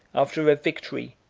after a victory,